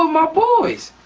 ah my boys.